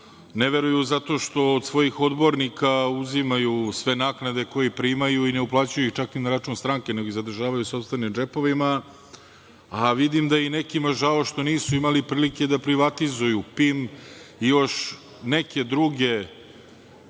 ne veruju zato što od svojih odbornika uzimaju sve naknade koje primaju i ne uplaćuju ih čak ni na račun stranke, nego ih zadržavaju u sopstvenim džepovima, a vidim da je nekima žao što nisu imali prilike da privatizuju PIM i još neke druge